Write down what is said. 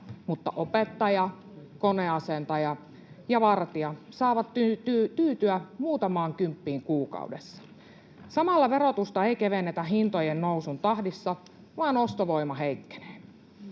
mutta opettaja, koneasentaja ja vartija saavat tyytyä muutamaan kymppiin kuukaudessa. Samalla verotusta ei kevennetä hintojen nousun tahdissa, vaan ostovoima heikkenee.